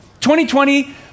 2020